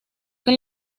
que